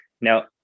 Now